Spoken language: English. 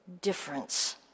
difference